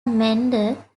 meander